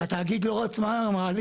התאגיד אמר לי: